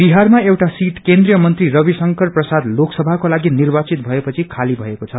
बिहारमा एउट सिट केन्द्रीय मंत्री रवि शंकर प्रसाद लोकसभाकोलागि निर्वाचित भए पछि खालि भएको छ